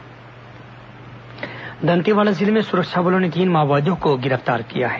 माओवादी गिरफ्तार दंतेवाड़ा जिले में सुरक्षा बलों ने तीन माओवादियों को गिरफ्तार किया है